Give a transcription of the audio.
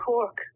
Cork